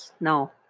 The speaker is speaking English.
No